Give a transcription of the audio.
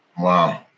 Wow